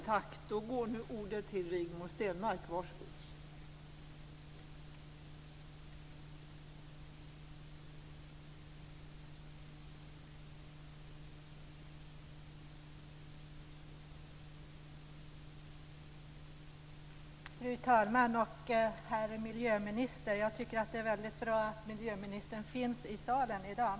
Fru talman! Herr miljöminister! Jag tycker att det är väldigt bra att miljöministern finns i salen i dag.